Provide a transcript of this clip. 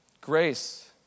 grace